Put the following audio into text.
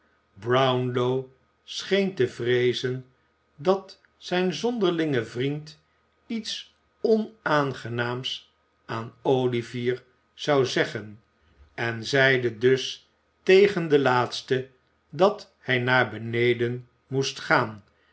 brownlow scheen te vreezen dat zijn zonderlinge vriend iets onaangenaams aan olivier zou zeggen en zeide dus tegen den laatste dat hij naar beneden moest gaan